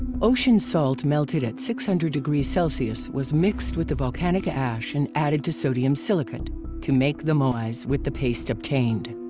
ocean salt melted at six hundred degcelsius was mixed with the volcanic ash and added to sodium silicate to make the moais with the paste obtained.